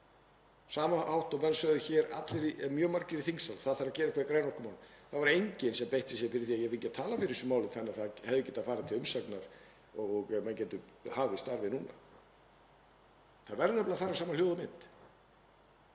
jól. Menn sögðu hér mjög margir í þingsal: Það þarf að gera eitthvað í grænum orkumálum, en það var enginn sem beitti sér fyrir því að ég fengi að tala fyrir þessu máli þannig að það hefði getað farið til umsagnar og menn gætu hafið starfið núna. Það verður nefnilega að fara saman hljóð og mynd.